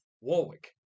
Warwick